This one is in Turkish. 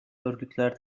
örgütler